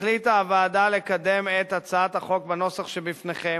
החליטה הוועדה לקדם את הצעת החוק בנוסח שלפניכם,